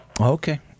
Okay